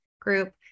group